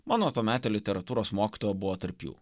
mano tuometė literatūros mokytoja buvo tarp jų